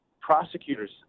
prosecutors